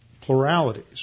pluralities